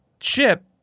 ship